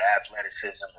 athleticism